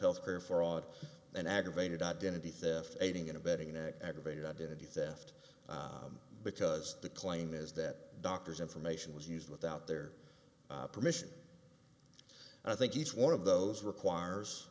health care for audit an aggravated identity theft aiding and abetting an aggravated identity theft because the claim is that doctors information was used without their permission and i think each one of those requires